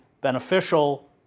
beneficial